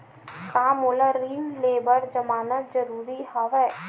का मोला ऋण ले बर जमानत जरूरी हवय?